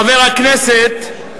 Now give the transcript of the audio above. חבר הכנסת,